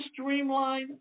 streamline